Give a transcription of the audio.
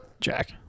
Jack